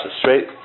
straight